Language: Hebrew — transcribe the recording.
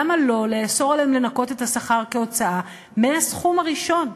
למה לא לאסור עליהם לנכות את השכר כהוצאה מהסכום הראשון?